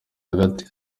hagati